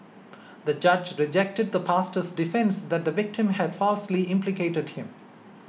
the judge rejected the pastor's defence that the victim had falsely implicated him